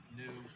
new